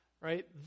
Right